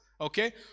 okay